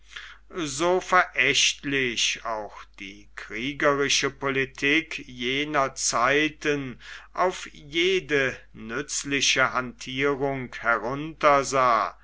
so verächtlich auch die kriegerische politik jener zeiten auf jede nützliche hantierung heruntersah